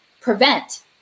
prevent